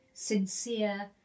sincere